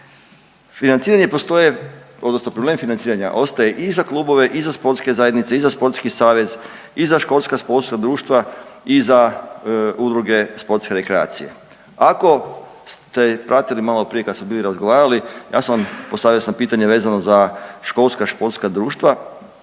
Financiranje postaje odnosno problem financiranja ostaje i za klubove, i za sportske zajednice, i za sportski savez, i za školska sportska društva i za udruge sportske rekreacije. Ako ste pratili malo prije kada smo bili razgovarali ja sam vam postavio pitanje vezano za školska športska društva,